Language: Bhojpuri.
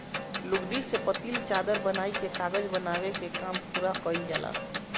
लुगदी से पतील चादर बनाइ के कागज बनवले कअ काम पूरा कइल जाला